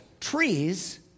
trees